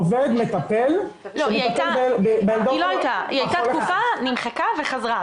היא הייתה תקופה, נמחקה וחזרה.